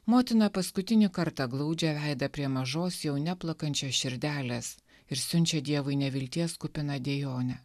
motiną paskutinį kartą glaudžia veidą prie mažos jau neplakančios širdelės ir siunčia dievui nevilties kupiną dejonę